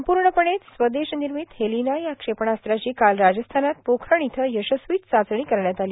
संपूर्णपणे स्वदेश निर्मित हेलिना या क्षेपणास्त्राची काल राजस्थानात पोखरण इथं यशस्वी चाचणी करण्यात आली